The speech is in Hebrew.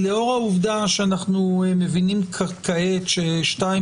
לאור העובדה שאנחנו מבינים כעת ששתיים